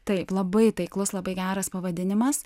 taip labai taiklus labai geras pavadinimas